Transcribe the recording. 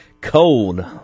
cold